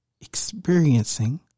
experiencing